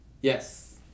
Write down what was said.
Yes